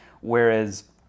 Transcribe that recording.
Whereas